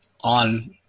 on